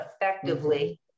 effectively